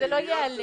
זה לא ייעלם.